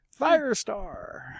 Firestar